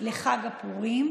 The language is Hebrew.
לחג הפורים,